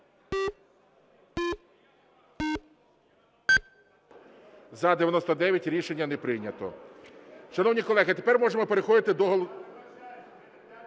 За-99 Рішення не прийнято.